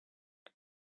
but